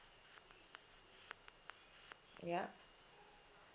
ya